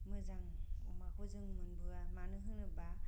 मोजां अमाखौ जों मोनबोआ मानो होनोबा